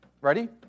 ready